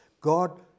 God